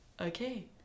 okay